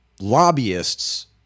lobbyists